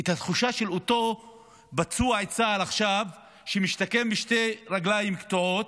את התחושה של אותו פצוע צה"ל עכשיו שמשתקם עם שתי רגליים קטועות,